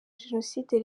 jenoside